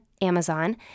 Amazon